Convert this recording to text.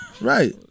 Right